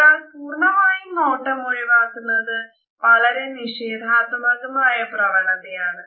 ഒരാൾ പൂർണമായും നോട്ടം ഒഴിവാക്കുന്നത് വളരെ നിഷേധാത്മകമായ പ്രവണതയാണ്